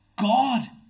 God